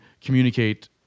communicate